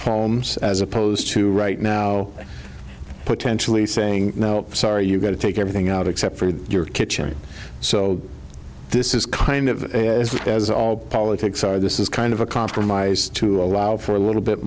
homes as opposed to right now potentially saying no sorry you've got to take everything out except for your kitchen so this is kind of as big as all politics are this is kind of a compromise to allow for a little bit